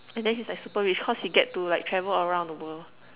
and then he's like super rich cause he gets to like travel all around the world